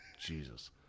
Jesus